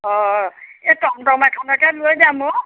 অঁ এই টম টম এখনকে লৈ যাম অঁ